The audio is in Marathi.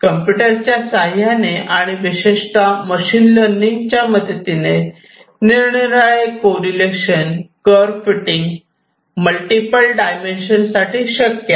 कम्प्यूटर च्या साह्याने आणि विशेषता मशीन लर्निंग च्या मदतीने नीर निराळे कोरिलेशन वक्र फिटिंग मल्टिपल डायमेन्शन साठी शक्य आहे